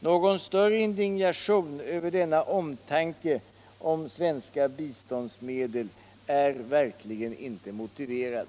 Någon större indignation över denna omtanke om svenska biståndsmedel är verkligen inte motiverad.